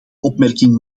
opmerking